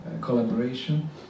collaboration